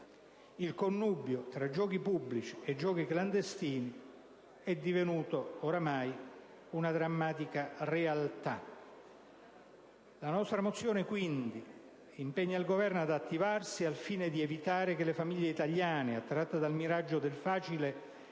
Il connubio tra giochi pubblici e giochi clandestini è divenuto ormai una drammatica realtà. La nostra mozione quindi impegna il Governo ad attivarsi al fine di evitare che le famiglie italiane, attratte dal miraggio del facile